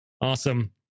Awesome